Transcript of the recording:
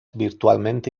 virtualmente